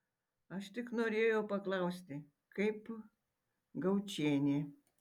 aš tik norėjau paklausti kaip gaučienė